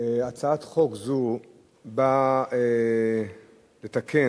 הצעת חוק זו באה לתקן